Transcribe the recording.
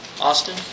Austin